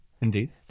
Indeed